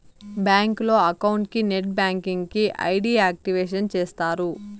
బ్యాంకులో అకౌంట్ కి net banking కి ఐ.డి యాక్టివేషన్ చేస్తారు